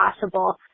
possible